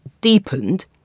deepened